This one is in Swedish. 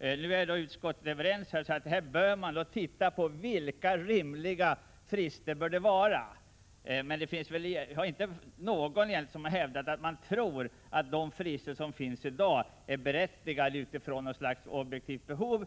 Utskottet är överens på denna punkt, och man bör se över vilka frister som skall gälla. Det är egentligen inte någon som har hävdat att de frister som finns i dag är berättigade — utifrån något slags objektivt behov.